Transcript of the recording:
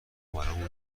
برامون